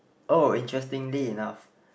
oh interestingly enough